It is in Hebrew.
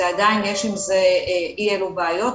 ועדיין יש עם זה כמה בעיות.